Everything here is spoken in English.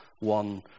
one